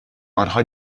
آنها